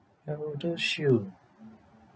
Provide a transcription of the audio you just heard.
have ElderShield